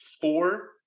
Four